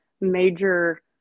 major